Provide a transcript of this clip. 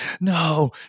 no